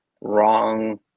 wrong